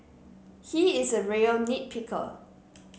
he is a real nit picker